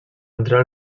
entrar